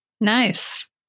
Nice